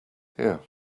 here